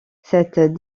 cette